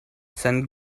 sen